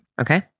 Okay